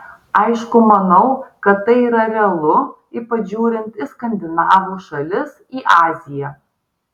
aišku manau kad tai yra realu ypač žiūrint į skandinavų šalis į aziją